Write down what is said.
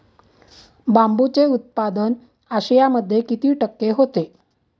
बांबूचे उत्पादन आशियामध्ये किती टक्के होते?